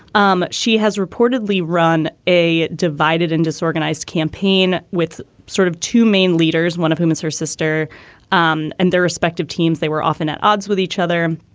um she has reportedly run a divided and disorganized campaign with sort of two main leaders, one of whom is her sister um and their respective teams. they were often at odds with each other.